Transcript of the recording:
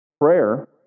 prayer